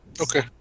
Okay